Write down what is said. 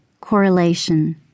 correlation